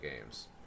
games